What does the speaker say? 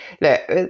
look